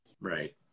Right